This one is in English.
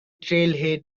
trailhead